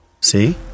See